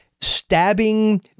stabbing